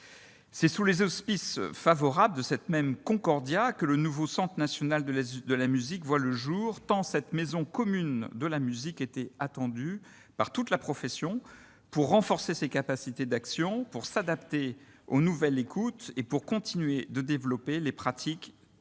C'est sous les auspices favorables de cette même Concordia que le nouveau Centre national de la musique voit le jour, tant cette « maison commune de la musique » était attendue par toute la profession pour renforcer ses capacités d'action, pour s'adapter aux nouvelles modalités d'écoute et pour continuer de développer les pratiques, dans